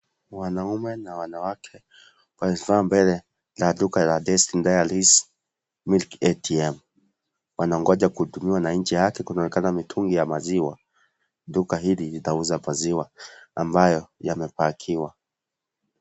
Wanaume na wanawake wamesimama mbele ya duka la Destiny Dairies milk ATM wanangoja kuhudumiwa na nje yake kunaonekana mitungi ya maziwa duka hili linauza maziwa ambayo yamepakiwa.